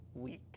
week